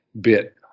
bit